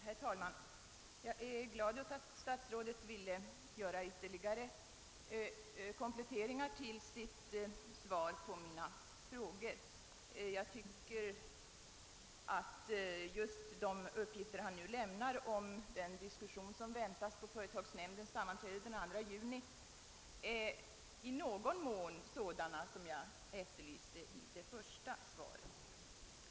Herr talman! Jag är glad för att statsrådet har velat göra dessa ytterligare kompletteringar till det första svaret på mina frågor. Just de uppgifter han nu lämnade om den diskussion som fö restår vid företagsnämndens sammanträde den 2 juni är i någon mån sådant som jag saknade i svaret och därför efterlyste.